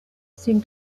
seemed